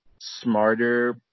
smarter